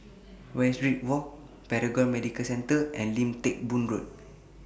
Westridge Walk Paragon Medical Centre and Lim Teck Boo Road